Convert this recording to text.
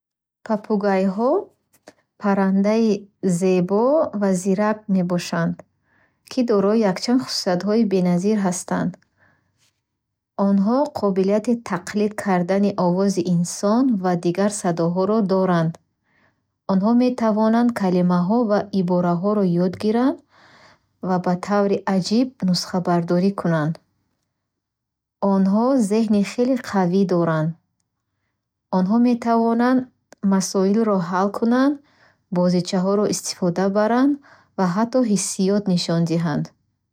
Папугайхо ҳайвоноти зебо ва зирак мебошанд, ки дорои якчанд хусусиятҳои беназир ҳастанд. Онхо қобилияти тақлид кардани овози инсон ва дигар садоҳоро доранд. Онҳо метавонанд калимаҳо ва ибораҳоро ёд гиранд ва ба таври аҷиб нусхабардорӣ кунанд. Онхо зеҳни хеле қавӣ доранд. Онҳо метавонанд масоилро ҳал кунанд, бозичаҳоро истифода баранд ва ҳатто ҳиссиёт нишон диҳанд